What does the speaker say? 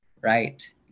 right